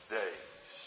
days